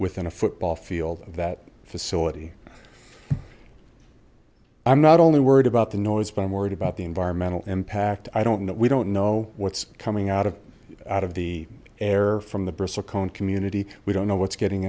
within a football field that facility i'm not only worried about the noise but i'm worried about the environmental impact i don't know we don't know what's coming out of out of the air from the bristle cone community we don't know what's getting